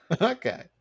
Okay